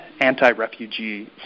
anti-refugee